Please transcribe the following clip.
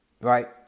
right